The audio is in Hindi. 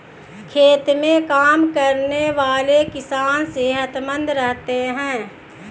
खेत में काम करने वाले किसान सेहतमंद रहते हैं